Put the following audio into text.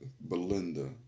Belinda